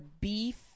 beef